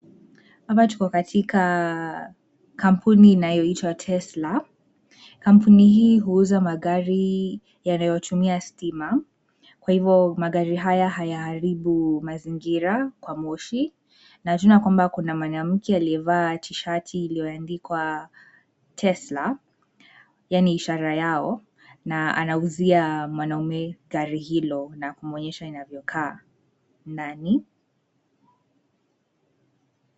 Hapa tuko katika, kampuni inayoitwa Tesla , kampuni hii huuza magari, yanayotumia stima, kwa hivyo magari haya hayaharibu mazingira kwa moshi, na tunaona kwamba kuna mwanamke aliyevaa tishati iliyoandikwa, Tesla , yaani ishara yao, na anauzia mwanaume gari hilo na kumwonyesha inavyokaa, ndani.